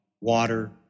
water